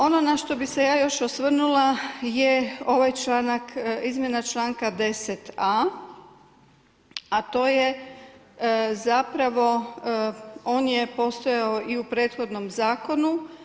Ono na što bih se ja još osvrnula je ovaj članak, izmjena članka 10a. a to je zapravo on je postojao i u prethodnom zakonu.